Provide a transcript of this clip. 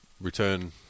return